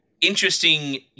Interesting